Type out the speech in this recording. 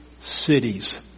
cities